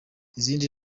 izindi